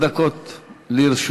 עשר דקות לרשותך.